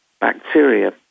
bacteria